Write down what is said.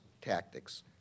tactics